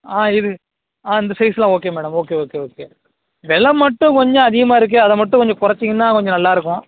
ஆ இது ஆ இந்த சைஸெலாம் okay madam okay okay okay வெலை மட்டும் கொஞ்சம் அதிகமாக இருக்குது அதை மட்டும் கொஞ்சம் குறைச்சிங்கன்னா கொஞ்சம் நல்லா இருக்கும்